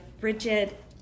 Bridget